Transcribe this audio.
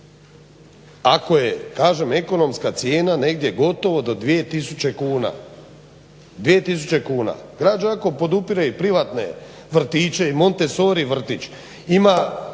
kažem ekonomska cijena negdje gotovo do 2000 kuna. Grad Đakovo podupire i privatne vrtiće i Montessori vrtić, ima